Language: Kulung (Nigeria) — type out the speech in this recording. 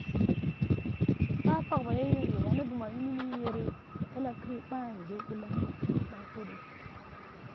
Ba pakh bay a yer y oba nig imu ya yuni ni yere talakhire ba nge bila wo ba tiri.